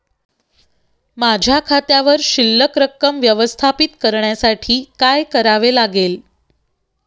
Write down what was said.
माझ्या खात्यावर शिल्लक रक्कम व्यवस्थापित करण्यासाठी काय करावे लागेल?